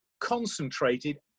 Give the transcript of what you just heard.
concentrated